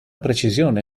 precisione